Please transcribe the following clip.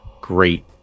great